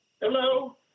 Hello